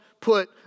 put